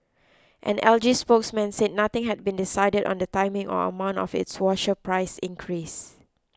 an L G spokesman said nothing had been decided on the timing or amount of its washer price increase